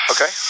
Okay